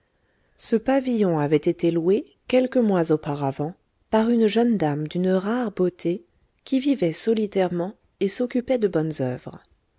ce pavillon avait été loué quelques mois auparavant par une jeune dame d'une rare beauté qui vivait solitairement et s'occupait de bonnes oeuvres